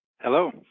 Hello